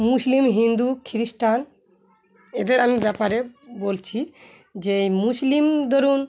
মুসলিম হিন্দু খ্রিস্টান এদের আমি ব্যাপারে বলছি যে মুসলিম ধরুন